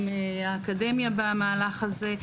עם האקדמיה במהלך הזה,